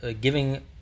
Giving